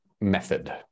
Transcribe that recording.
method